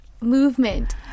movement